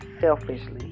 selfishly